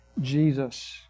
Jesus